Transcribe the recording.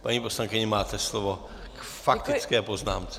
Paní poslankyně, máte slovo k faktické poznámce.